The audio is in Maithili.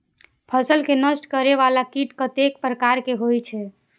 फसल के नष्ट करें वाला कीट कतेक प्रकार के होई छै?